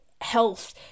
health